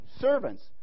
servants